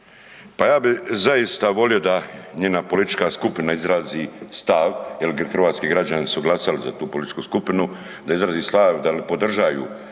Pa ja bi zaista volio da njena politička skupina izrazi stav jel hrvatski građani su glasali za tu političku skupinu, da izrazi stav dal podržaju izjavu